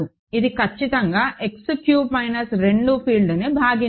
ఇది ఖచ్చితంగా X cube minus 2 ఫీల్డ్ను భాగించదు